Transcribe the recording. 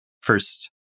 first